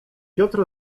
piotr